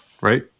right